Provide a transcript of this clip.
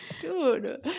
dude